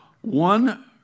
One